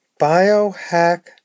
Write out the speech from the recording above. Biohack